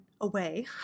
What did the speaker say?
away